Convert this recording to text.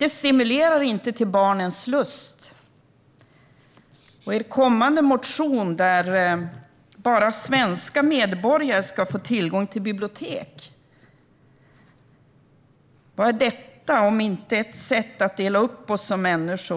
ingenting som stimulerar barnens lust. I en kommande motion vill ni att bara svenska medborgare ska få tillgång till bibliotek - vad är detta om inte ett sätt att dela upp oss människor?